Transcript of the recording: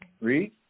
Read